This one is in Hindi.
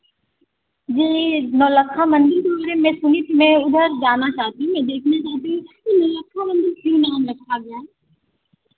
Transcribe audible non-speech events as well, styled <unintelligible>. जी नौलखा मंदिर <unintelligible> मैं सुनी थी मैं उधर जाना चाहती हूँ मैं देखना चाहती हूँ कि नौलखा मंदिर क्यों नाम रखा गया है